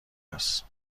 است